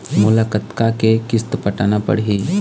मोला कतका के किस्त पटाना पड़ही?